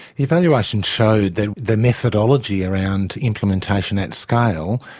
the evaluation showed that the methodology around implementation at scale,